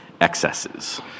excesses